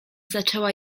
zaczęła